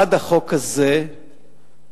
עד החוק הזה המנכ"ל